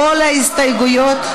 כל ההסתייגויות,